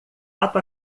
ato